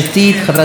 גברתי.